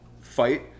fight